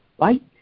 right